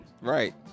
Right